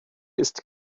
ist